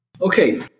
Okay